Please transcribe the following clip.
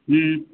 हँ